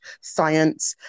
science